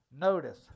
Notice